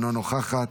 אינה נוכחת,